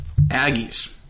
Aggies